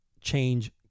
change